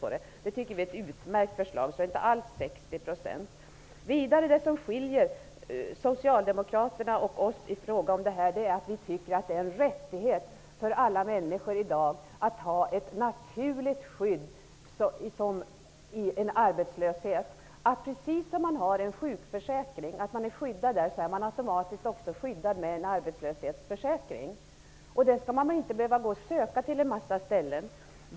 Vi tycker att det är ett utmärkt förslag. Det är inte alls fråga om bara 60 %. Det som skiljer Socialdemokraterna och oss i fråga om detta är att vi tycker att det är en rättighet för alla människor i dag att ha ett naturligt skydd vid arbetslöshet. Precis som man är skyddad när man har en sjukförsäkring skall man automatiskt också vara skyddad med en arbetslöshetsförsäkring. Man skall inte behöva ansöka om detta på en massa ställen.